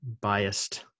biased